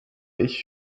ich